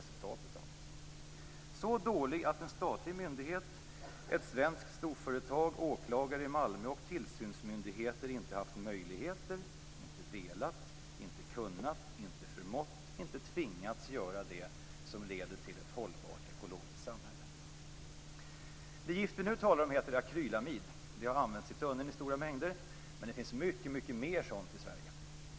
Miljölagstiftningen har varit så dålig att en statlig myndighet, ett svenskt storföretag, åklagare i Malmö och tillsynsmyndigheter inte har haft möjligheter, inte har velat, inte har kunnat, inte har förmått och inte har tvingats till att göra det som leder till ett hållbart ekologiskt samhälle. Det gift som vi nu talar om heter akrylamid. Det har använts i tunneln i stora mängder. Men det finns mycket mer sådant i Sverige.